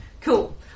Cool